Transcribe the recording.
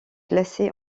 classée